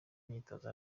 myitozo